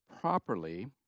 properly